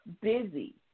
busy